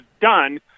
done